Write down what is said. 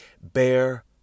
Bear